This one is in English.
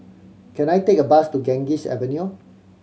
can I take a bus to Ganges Avenue